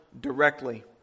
directly